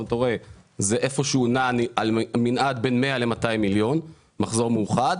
אתה רואה שזה נע איפשהו על מנעד בין 100 ל-200 מיליון חזור מאוחד.